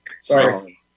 Sorry